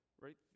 right